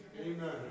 Amen